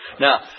Now